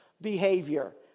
behavior